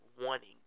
wanting